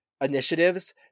initiatives